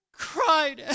cried